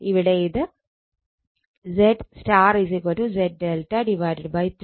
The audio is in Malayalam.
അപ്പോൾ ഇവിടെ ഇത് ZY Z ∆ 3